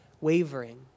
wavering